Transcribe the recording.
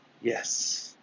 Yes